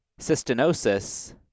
cystinosis